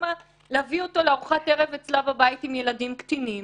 להביא אותו לארוחת ערב אצלה בבית עם ילדים קטינים